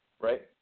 Right